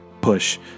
push